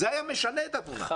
זה היה משנה את התמונה.